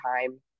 time